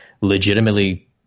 legitimately